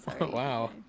Wow